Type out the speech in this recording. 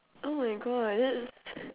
oh my God that's